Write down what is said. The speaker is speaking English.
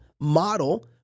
model